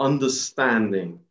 Understanding